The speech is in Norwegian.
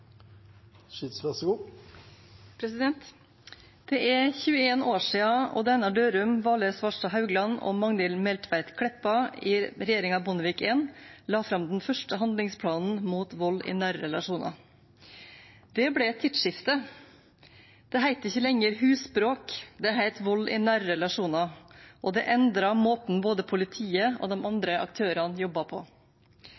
er 21 år siden Odd Einar Dørum, Valgerd Svarstad Haugland og Magnhild Meltveit Kleppa i regjeringen Bondevik I la fram den første handlingsplanen mot vold i nære relasjoner. Det ble et tidsskifte. Det het ikke lenger husbråk, det het vold i nære relasjoner, og det endret måten både politiet og